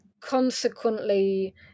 consequently